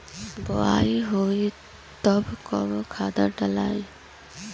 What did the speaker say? बोआई होई तब कब खादार डालाई?